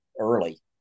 early